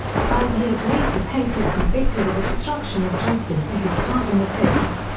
five years later pape was convicted of obstruction of justice for his part in the fix.